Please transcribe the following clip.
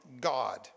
god